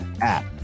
app